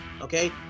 Okay